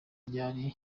ryari